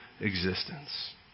existence